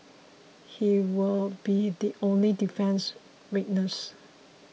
he will be the only defence witness